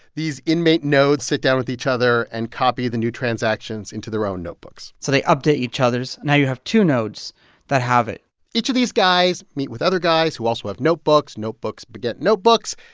these inmate nodes sit down with each and copy the new transactions into their own notebooks so they update each other's. now you have two nodes that have it each of these guys meet with other guys who also have notebooks. notebooks beget notebooks.